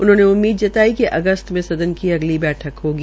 उन्होंने उम्मीद जताई कि अगस्त में सदन की अगली बैठक होगी